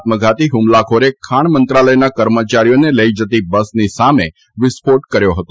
આત્મધાતી હુમલાખોરે ખાણ મંત્રાલયના કર્મચારીઓને લઇ જતી બસની સામે વિસ્ફોટ કર્યો હતો